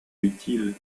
utiles